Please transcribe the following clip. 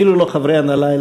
אפילו לא חברי הנהלה,